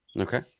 Okay